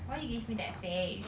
why you give me that face